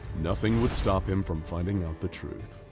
nothing would stop him from finding out the truth.